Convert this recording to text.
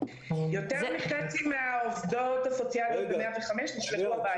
יותר מחצי מהעובדות הסוציאליות ב-105 נשלחו הביתה.